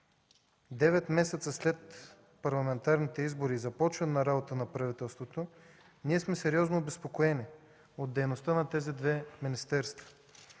девет месеца след парламентарните избори и започване на работа на правителството ние сме сериозно обезпокоени от дейността на тези две министерства.